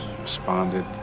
responded